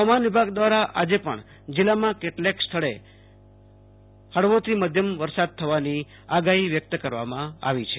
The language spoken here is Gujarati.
હવામાન વિભાગ દ્વારા આજે પણ કેટલાક સ્થળે હળવાથી માધ્યમ વરસાદ થવાની આગાહી વ્યક્ત કરવામાં આવી છે